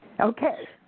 Okay